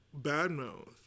badmouth